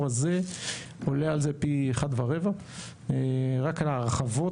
הזה עולה על זה פי אחד ורבע רק להרחבות.